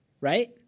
right